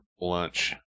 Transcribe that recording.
lunch